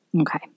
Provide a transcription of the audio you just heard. Okay